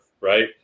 right